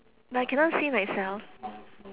I cannot see myself